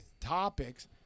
topics